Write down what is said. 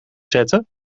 zetten